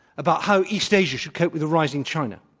about how east asia should cope with a rising china?